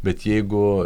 bet jeigu